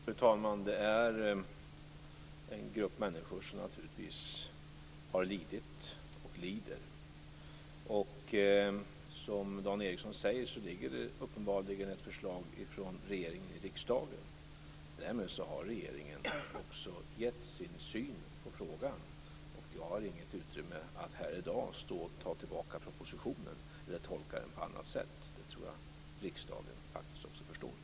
Fru talman! Det är en grupp människor som naturligtvis har lidit och lider. Som Dan Ericsson säger ligger det uppenbarligen ett förslag från regeringen i riksdagen. Därmed har regeringen också gett sin syn på frågan. Jag har inget utrymme för att här i dag ta tillbaka propositionen eller tolka den på annat sätt. Det tror jag faktiskt att riksdagen också förstår.